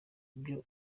vyo